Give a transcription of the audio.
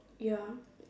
ya